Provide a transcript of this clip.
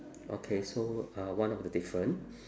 okay so uh one of the different